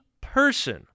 person